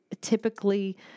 typically